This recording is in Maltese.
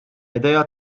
idea